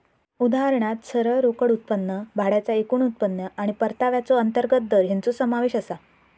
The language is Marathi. उदाहरणात सरळ रोकड उत्पन्न, भाड्याचा एकूण उत्पन्न आणि परताव्याचो अंतर्गत दर हेंचो समावेश आसा